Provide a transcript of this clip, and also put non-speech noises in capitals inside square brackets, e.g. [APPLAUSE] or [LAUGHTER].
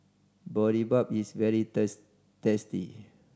boribap is very [UNINTELLIGIBLE] tasty